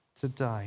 today